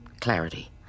clarity